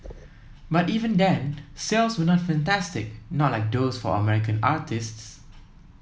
but even then sales were not fantastic not like those for American artistes